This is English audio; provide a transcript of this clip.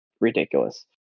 ridiculous